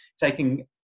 taking